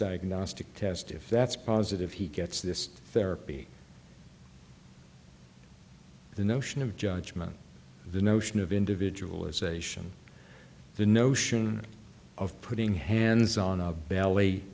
diagnostic test if that's positive he gets this therapy the notion of judgment the notion of individual is ation the notion of putting hands on a bell